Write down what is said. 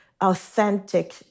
authentic